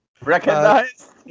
Recognized